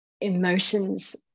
emotions